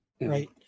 right